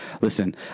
listen